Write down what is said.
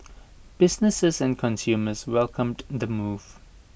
businesses and consumers welcomed the move